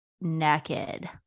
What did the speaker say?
naked